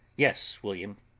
yes, william,